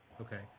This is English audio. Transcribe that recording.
Okay